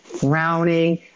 frowning